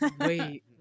wait